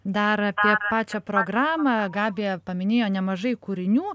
dar apie pačią programą gabija paminėjo nemažai kūrinių